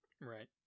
right